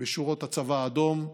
בשורות הצבא האדום,